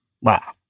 Wow